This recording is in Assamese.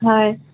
হয়